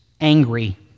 angry